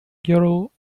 girl